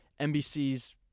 NBC's